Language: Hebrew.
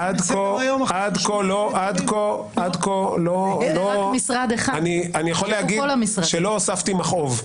אני יכול להגיד שלא הוספתי מכאוב.